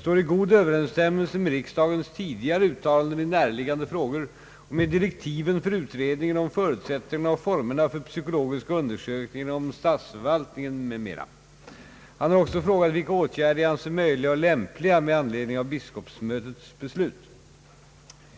står i god överensstämmelse med riksdagens tidigare uttalanden i närliggande frågor och med direktiven för utredningen om förutsättningarna och formerna för psykologiska undersökningar inom statsförvaltningen m.m. Han har också frågat vilka åtgärder jag anser möjliga och lämpliga med anledning av biskopsmötets beslut.